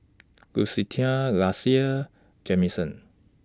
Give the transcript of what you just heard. Lucretia Lassie Jameson